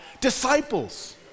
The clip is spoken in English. disciples